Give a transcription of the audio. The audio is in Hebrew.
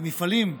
במפעלים,